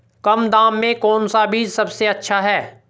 कम दाम में कौन सा बीज सबसे अच्छा है?